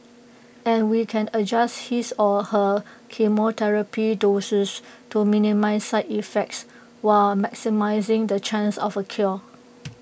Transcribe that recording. and we can adjust his or her chemotherapy doses to minimise side effects while maximising the chance of A cure